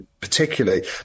particularly